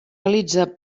realitza